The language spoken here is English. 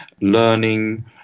learning